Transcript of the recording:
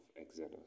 Exodus